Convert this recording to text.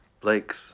Blake's